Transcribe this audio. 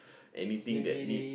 anything that need